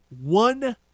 one